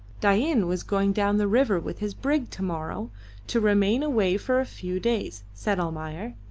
dain was going down the river with his brig to-morrow to remain away for a few days, said almayer.